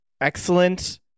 Excellent